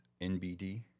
NBD